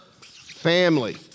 Family